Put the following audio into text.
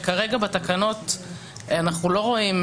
כרגע בתקנות אנחנו לא רואים,